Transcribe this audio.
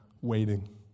waiting